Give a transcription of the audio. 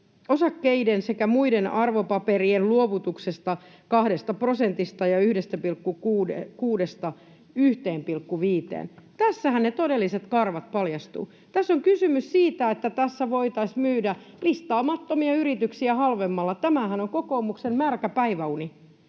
osakkeiden sekä muiden arvopaperien luovutuksesta 2:sta ja 1,6 prosentista 1,5:een. Tässähän ne todelliset karvat paljastuvat. Tässä on kysymys siitä, että tässä voitaisiin myydä listaamattomia yrityksiä halvemmalla. Tämähän on kokoomuksen märkä päiväuni.